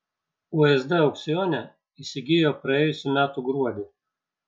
usd aukcione įsigijo praėjusių metų gruodį